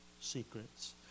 secrets